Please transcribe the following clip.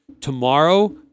tomorrow